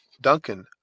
Duncan